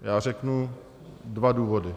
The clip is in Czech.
Já řeknu dva důvody.